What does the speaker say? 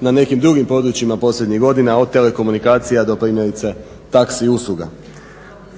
na nekim drugim područjima posljednjih godina od telekomunikacija do primjerice taksi i usluga.